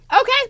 okay